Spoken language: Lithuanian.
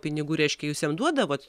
pinigų reiškia jūs jam duodavot